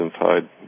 inside